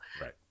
Right